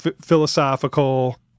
philosophical